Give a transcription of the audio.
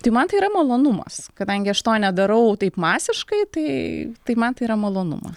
tai man tai yra malonumas kadangi aš to nedarau taip masiškai tai tai man tai yra malonumas